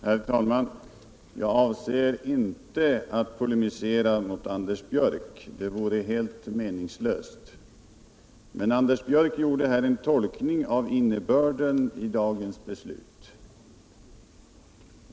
Herr talman! Jag avser inte att polemisera mot Anders Björck — det vore helt meningslöst. Men Anders Björck gjorde här en tolkning av innebörden i dagens beslut, som jag inte kan gå förbi.